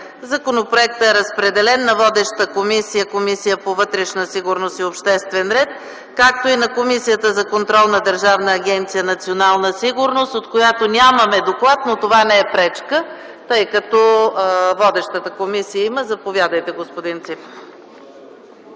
Законопроектът е разпределен на Комисията по вътрешна сигурност и обществен ред – водеща, както и на Комисията за контрол на Държавна агенция „Национална сигурност”, от която нямаме доклад, но това не е пречка, тъй като водещата комисия има. Заповядайте, господин Ципов.